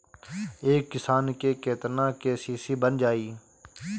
एक किसान के केतना के.सी.सी बन जाइ?